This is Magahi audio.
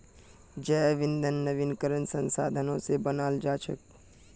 जैव ईंधन नवीकरणीय संसाधनों से बनाल हचेक